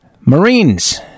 Marines